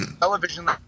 television